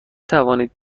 توانید